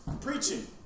preaching